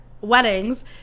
weddings